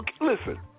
Listen